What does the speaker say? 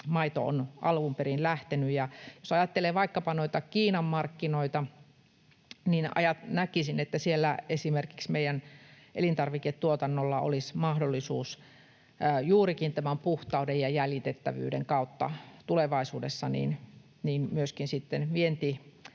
maito on alun perin lähtenyt. Jos ajattelee vaikkapa Kiinan markkinoita, niin näkisin, että esimerkiksi siellä meidän elintarviketuotannollamme olisi mahdollisuus juurikin tämän puhtauden ja jäljitettävyyden kautta tulevaisuudessa myöskin sitten vientiä